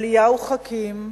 אליהו חכים,